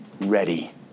ready